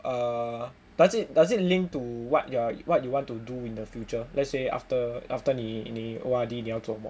err does it does it link to what you what you want to do in the future let's say after after 你你 O_R_D 你要做什么